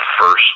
first